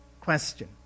Question